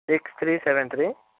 six three seven three